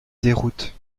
déroute